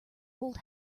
old